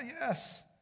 yes